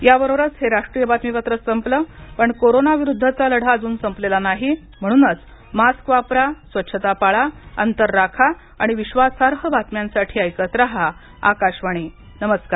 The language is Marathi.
याबरोबरच हे राष्ट्रीय बातमीपत्र संपलं पण कोरोना विरुद्धचा लढा अजून संपलेला नाही म्हणूनच मास्क वापरा स्वच्छता पाळा अंतर राखा आणि विश्वासार्ह बातम्यांसाठी ऐकत रहा आकाशवाणी नमस्कार